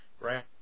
right